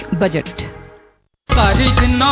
budget